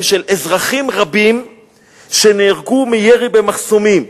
על אזרחים רבים שנהרגו מירי במחסומים,